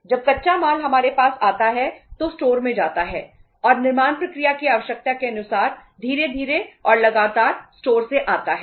जब कच्चा माल हमारे पास आता है तो स्टोर में जाता है और निर्माण प्रक्रिया की आवश्यकता के अनुसार धीरे धीरे और लगातार स्टोर से आता है